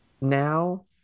now